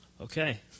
Okay